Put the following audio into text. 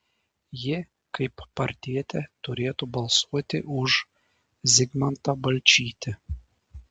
ji kaip partietė turėtų balsuoti už zigmantą balčytį